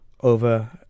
over